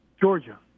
Georgia